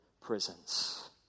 prisons